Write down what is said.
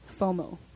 FOMO